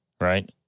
right